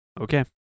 Okay